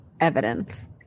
evidence